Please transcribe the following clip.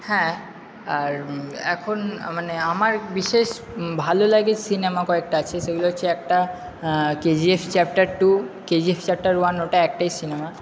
হ্যাঁ আর এখন মানে আমার বিশেষ ভালো লাগে সিনেমা কয়েকটা আছে সেগুলো হচ্ছে একটা K G F chapter two K G F chapter one ওটা একটাই সিনেমা